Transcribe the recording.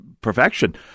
perfection